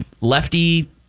lefty